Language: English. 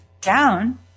down